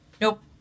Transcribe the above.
nope